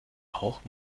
auch